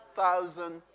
thousand